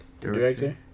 director